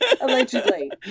allegedly